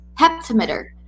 heptameter